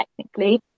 technically